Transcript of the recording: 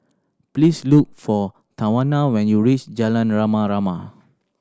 please look for Tawanna when you reach Jalan Rama Rama